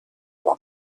lors